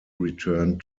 returned